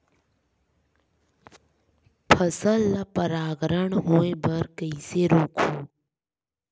फसल ल परागण होय बर कइसे रोकहु?